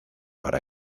para